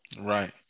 Right